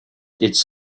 its